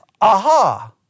aha